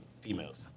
females